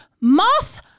moth